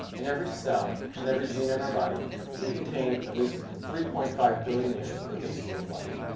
in every cell, in every gene of our body we contain at least three point five billion years of the history of life.